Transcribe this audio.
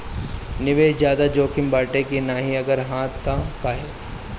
निवेस ज्यादा जोकिम बाटे कि नाहीं अगर हा तह काहे?